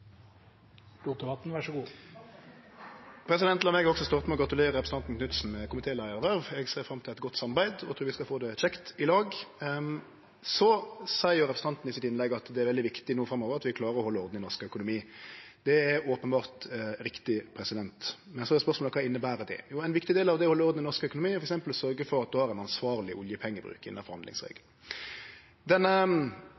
eit godt samarbeid og trur vi skal få det kjekt i lag. Så seier representanten i innlegget sitt at det er veldig viktig no framover at vi klarer å halde orden i norsk økonomi. Det er openbert riktig. Men så er spørsmålet: Kva inneber det? Jo, ein viktig del av det å halde orden i norsk økonomi er f.eks. å sørgje for at ein har ein ansvarleg oljepengebruk